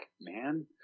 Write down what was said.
man